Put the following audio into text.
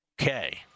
Okay